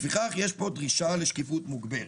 לפיכך יש פה דרישה לשקיפות מוגברת.